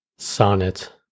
Sonnet